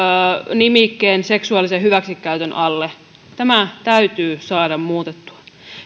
nimikkeen seksuaalisen hyväksikäytön alle tämä täytyy saada muutettua